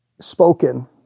spoken